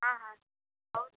हँ हँ बहुत